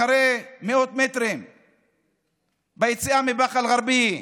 אחרי מאות מטרים ביציאה מבאקה אל-גרבייה,